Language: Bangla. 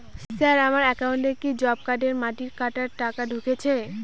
স্যার আমার একাউন্টে কি জব কার্ডের মাটি কাটার টাকা ঢুকেছে?